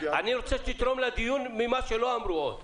אני רוצה שתתרום לדיון מה שעוד לא אמרו.